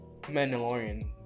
Mandalorian